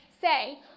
say